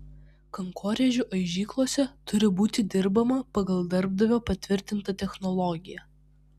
kankorėžių aižyklose turi būti dirbama pagal darbdavio patvirtintą technologiją